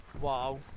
Wow